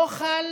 לא חל